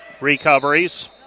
recoveries